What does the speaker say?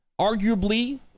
arguably